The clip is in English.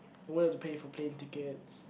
only have to pay for plane tickets